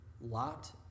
lot